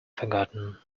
forgotten